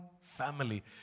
family